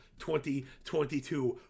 2022